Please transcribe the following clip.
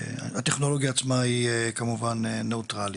הטכנולוגיה עצמה היא כמובן נייטרלי.